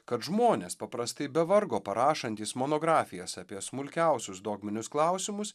kad žmonės paprastai be vargo parašantys monografijas apie smulkiausius dogminius klausimus